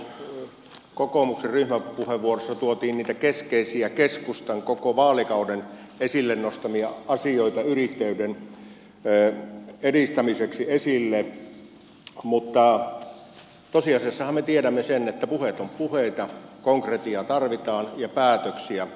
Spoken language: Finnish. erityisesti kokoomuksen ryhmäpuheenvuorossa tuotiin esille koko vaalikauden keskeisiä keskustan esille nostamia asioita yrittäjyyden edistämiseksi mutta tosiasiassahan me tiedämme sen että puheet ovat puheita konkretiaa tarvitaan ja päätöksiä